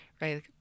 right